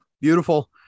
beautiful